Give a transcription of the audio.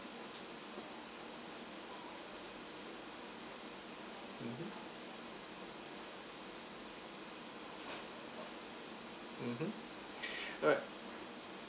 mmhmm mmhmm alright